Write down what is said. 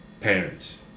parents